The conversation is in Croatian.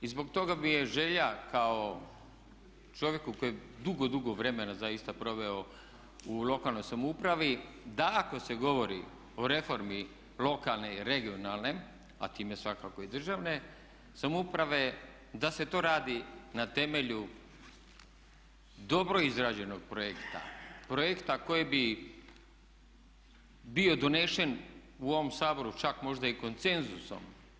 I zbog toga mi je želja kao čovjeku koji je dugo, dugo vremena zaista proveo u lokalnoj samoupravi da ako se govori o reformi lokalne i regionalne a time svakako i državne samouprave da se to radi na temelju dobro izrađenog projekta, projekta koji bi bio donesen u ovom Saboru čak možda i konsenzusom.